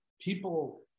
people